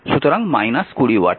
সুতরাং 20 ওয়াট